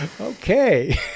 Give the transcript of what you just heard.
Okay